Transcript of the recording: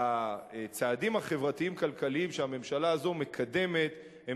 הצעדים החברתיים-כלכליים שהממשלה הזו מקדמת הם